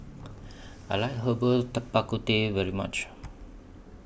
I like Herbal Bak Ku Teh very much